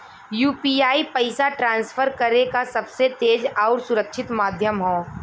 UPI पइसा transfer करे क सबसे तेज आउर सुरक्षित माध्यम हौ